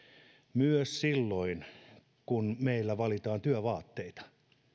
myös silloin kun meillä valitaan työvaatteita